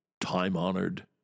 time-honored